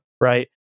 right